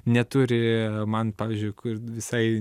neturi man pavyzdžiui kur visai